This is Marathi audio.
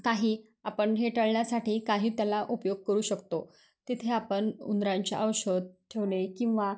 काही आपण हे टळण्यासाठी काही त्याला उपयोग करू शकतो तिथे आपण उंदरांच्या औषध ठेवणे किंवा